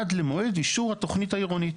עד למועד אישור התוכנית העירונית,